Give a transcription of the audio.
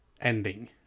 ending